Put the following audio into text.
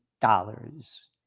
dollars